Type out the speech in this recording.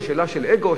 זו שאלה של אגו?